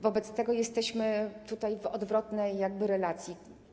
Wobec tego jesteśmy tutaj w odwrotnej jakby relacji.